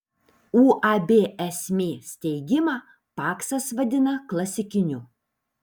uab esmė steigimą paksas vadina klasikiniu